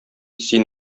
син